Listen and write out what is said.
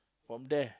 from there